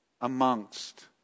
Amongst